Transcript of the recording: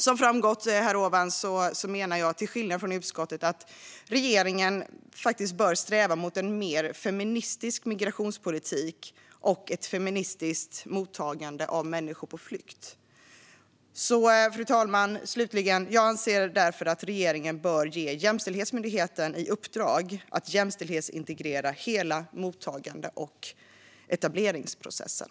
Som framgått av vad jag tidigare har sagt menar jag, till skillnad från utskottet, att regeringen bör sträva mot en mer feministisk migrationspolitik och ett feministiskt mottagande av människor på flykt. Fru talman! Jag anser därför att regeringen bör ge Jämställdhetsmyndigheten i uppdrag att jämställdhetsintegrera hela mottagande och etableringsprocessen.